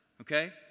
Okay